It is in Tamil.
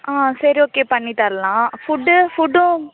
ஆ சரி ஓகே பண்ணித்தரலாம் ஃபுட்டு ஃபுட்டும்